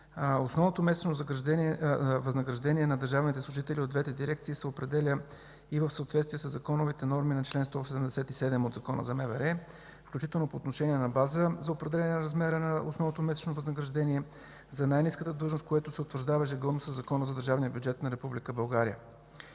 Основното месечно възнаграждение на държавните служители от двете дирекции се определя и в съответствие със законовите норми на чл. 177 от Закона за МВР, включително по отношение на база за определяне размера на основното месечно възнаграждение за най-ниската длъжност, което се утвърждава ежегодно със Закона за държавния бюджет на